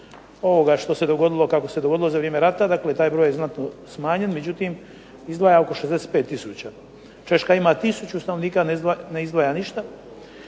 ovoga što se dogodilo, kako se dogodilo za vrijeme rata, dakle taj je broj znatno smanjen. Međutim, izdvaja oko 65000. Češka ima 1000 stanovnika, a ne izdvaja ništa.